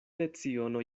leciono